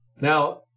Now